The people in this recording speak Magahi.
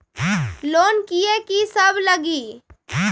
लोन लिए की सब लगी?